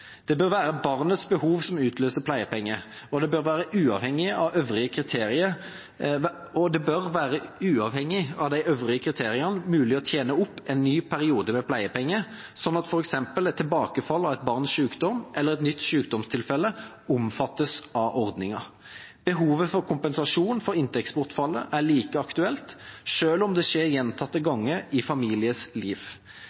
Det bør være barnets behov som utløser pleiepenger, og det bør uavhengig av de øvrige kriteriene være mulig å tjene opp en ny periode med pleiepenger, sånn at f.eks. et tilbakefall av et barns sykdom eller et nytt sykdomstilfelle omfattes av ordningen. Behovet for kompensasjon for inntektsbortfallet er like aktuelt selv om det skjer gjentatte